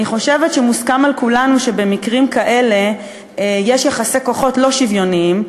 אני חושבת שמוסכם על כולנו שבמקרים כאלה יש יחסי כוחות לא שוויוניים,